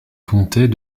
comptait